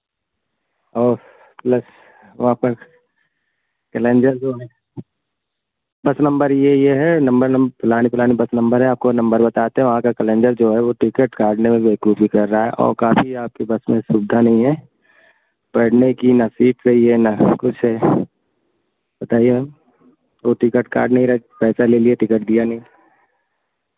और बस वापस केलेंडर जो बस नंबर ये ये है नंबर नम् फलाने फलाने बस नंबर है आपको नंबर बताते हैं वहाँ का केलेंडर जो है वो टिकट काटने में बेवकूफ़ी कर रहा है और काफ़ी आपके बस में सुविधा नहीं है बैठने की ना सीट सही है ना कुछ है बताइए अब वो टिकट काट नहीं रहा पैसा ले लिया टिकट दिया नहीं